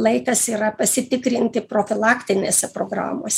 laikas yra pasitikrinti profilaktinėse programos